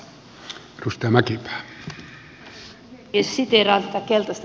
siteeraan tätä keltaista kirjaa ensin